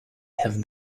have